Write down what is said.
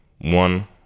one